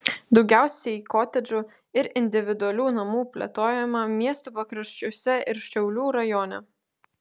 daugiausiai kotedžų ir individualių namų plėtojama miesto pakraščiuose ir šiaulių rajone